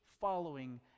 following